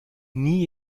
nie